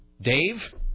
Dave